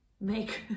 make